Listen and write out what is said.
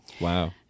Wow